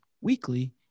weekly